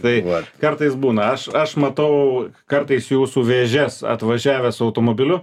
tai vat kartais būna aš aš matau kartais jūsų vėžes atvažiavęs automobiliu